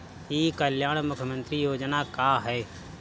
ई कल्याण मुख्य्मंत्री योजना का है?